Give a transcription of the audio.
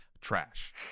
trash